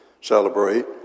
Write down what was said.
celebrate